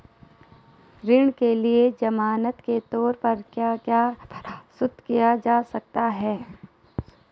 ऋण के लिए ज़मानात के तोर पर क्या क्या प्रस्तुत किया जा सकता है?